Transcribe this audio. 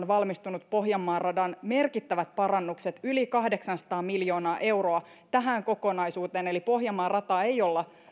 valmistuneet pohjanmaan radan merkittävät parannukset yli kahdeksansataa miljoonaa euroa tähän kokonaisuuteen eli pohjanmaan rataa ei olla